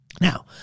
Now